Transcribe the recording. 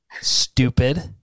Stupid